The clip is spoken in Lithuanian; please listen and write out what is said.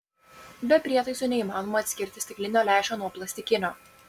be prietaisų neįmanoma atskirti stiklinio lęšio nuo plastikinio